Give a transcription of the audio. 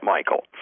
Michael